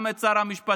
גם את שר המשפטים,